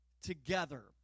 together